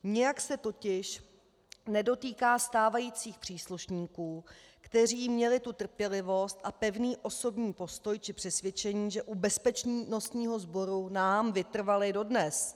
Nijak se totiž nedotýká stávajících příslušníků, kteří měli tu trpělivost a pevný osobní postoj či přesvědčení, že u bezpečnostního sboru nám vytrvali dodnes.